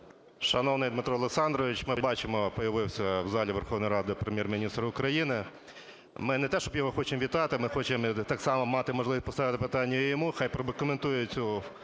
Дмитро Олександровичу, ми бачимо, появився в залі Верховної Ради Прем'єр-міністр України. Ми не те, щоб його хочемо вітати, ми хочемо так само мати можливість поставити питання і йому, хай прокоментую цю